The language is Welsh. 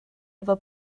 efo